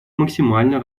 максимально